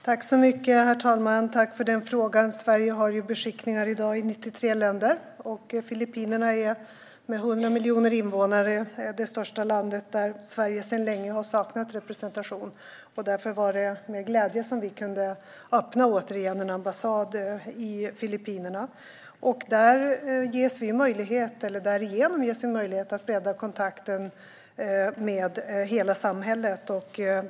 Herr talman! Tack för frågan! Sverige har i dag beskickningar i 93 länder. Filippinerna är med 100 miljoner invånare det största landet där Sverige sedan länge har saknat representation. Därför var det med glädje som vi återigen kunde öppna en ambassad i Filippinerna. Därigenom ges vi möjlighet att bredda kontakten med hela samhället.